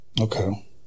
Okay